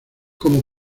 como